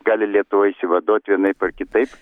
gali lietuva išsivaduot vienaip ar kitaip